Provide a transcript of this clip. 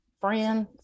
friends